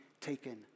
taken